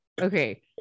okay